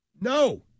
No